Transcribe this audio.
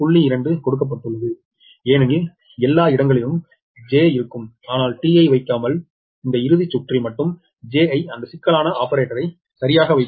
2 கொடுக்கப்பட்டுள்ளது ஏனெனில் எல்லா இடங்களிலும் j இருக்கும் ஆனால் t ஐ வைக்காமல் இந்த இறுதி சுற்றில் மட்டும் j ஐ அந்த சிக்கலான ஆபரேட்டரை சரியாக வைப்போம்